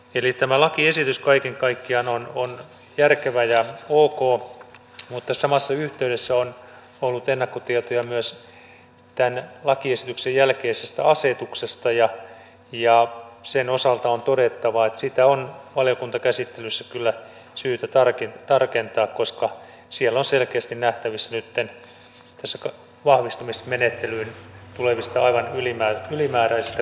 eli tämä lakiesitys kaiken kaikkiaan on järkevä ja ok mutta samassa yhteydessä on ollut ennakkotietoja myös tämän lakiesityksen jälkeisestä asetuksesta ja sen osalta on todettava että sitä on valiokuntakäsittelyssä kyllä syytä tarkentaa koska siellä on selkeästi nähtävissä nytten vahvistamismenettelyyn tulevasta aivan ylimääräisestä kuulemiskierroksesta